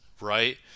right